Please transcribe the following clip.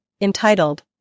entitled